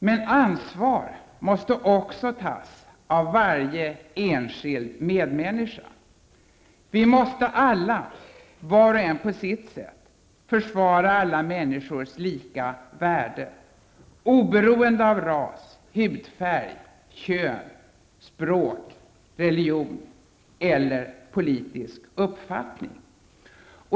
Men ansvar måste också tas av varje enskild medmänniska. Vi måste alla, var och en på sitt sätt, försvara alla människors lika värde oberoende av ras, hudfärg, kön, språk, religion eller politisk uppfattning.